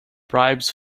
bribes